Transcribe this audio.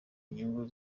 inyungu